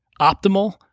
optimal